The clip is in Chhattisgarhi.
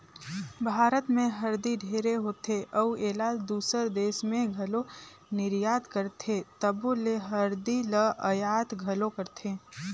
भारत में हरदी ढेरे होथे अउ एला दूसर देस में घलो निरयात करथे तबो ले हरदी ल अयात घलो करथें